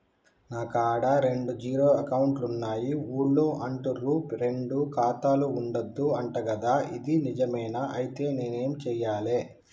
నా కాడా రెండు జీరో అకౌంట్లున్నాయి ఊళ్ళో అంటుర్రు రెండు ఖాతాలు ఉండద్దు అంట గదా ఇది నిజమేనా? ఐతే నేనేం చేయాలే?